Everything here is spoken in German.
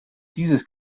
dieses